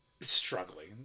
struggling